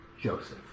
Joseph